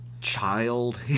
child